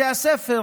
בתי הספר,